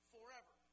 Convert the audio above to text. Forever